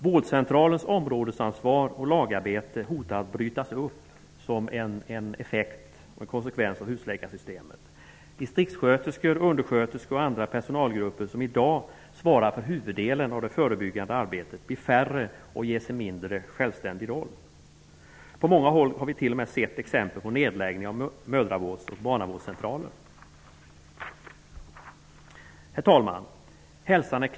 Vårdcentralernas områdesansvar och lagarbete riskerar att brytas upp som en konsekvens av husläkarsystemet. Distriktssköterskor, undersköterskor och annan personal som i dag svarar för huvuddelen av det förebyggande arbetet blir färre och ges en mindre självständig roll. På många håll sker t.o.m. nedläggningar av mödravårds och barnavårdscentraler. Herr talman!